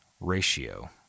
ratio